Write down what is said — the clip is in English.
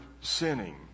sinning